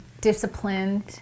disciplined